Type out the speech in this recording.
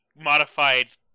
modified